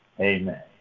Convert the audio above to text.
Amen